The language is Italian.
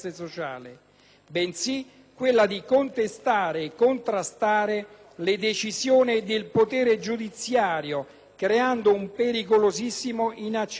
quella di contestare e contrastare le decisioni del potere giudiziario creando un pericolosissimo ed inaccettabile precedente.